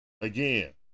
again